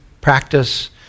practice